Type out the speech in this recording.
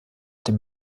dem